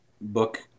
book